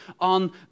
on